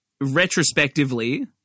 retrospectively